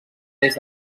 des